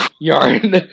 Yarn